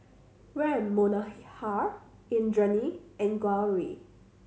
Ram Manohar Indranee and Gauri